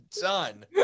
done